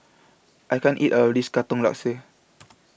I can't eat All of This Katong Laksa